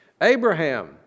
Abraham